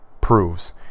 proves